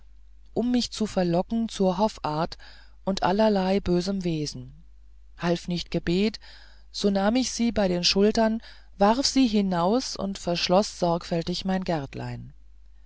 um mich zu verlocken zur hoffart und allerlei bösem wesen half nicht gebet so nahm ich sie bei den schultern warf sie hinaus und verschloß sorgfältig mein gärtlein